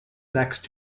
next